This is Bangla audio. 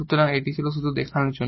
সুতরাং এটি ছিল শুধু দেখানোর জন্য